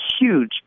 huge